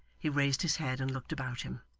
he raised his head and looked about him.